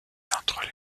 entre